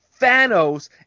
Thanos